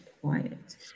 quiet